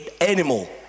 animal